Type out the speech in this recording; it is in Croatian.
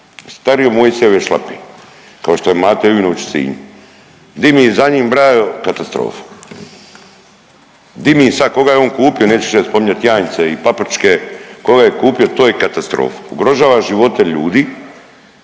stariji od Mojsijeve šlape, kao je Mate Jujnović u Sinju. Dime za njim brajo katastrofa. Dimi, sad koga je on kupio neću sad spominjat janjce i paprčke, koga je kupio to je katastrofa. Ugrožava živote ljudi